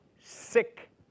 sick